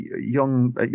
young